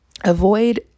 avoid